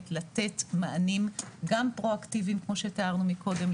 לתת מענים גם פרואקטיביים כמו שתיארנו מקודם,